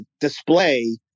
display